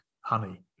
honey